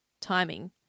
timing